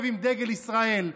להסתובב עם דגל ישראל.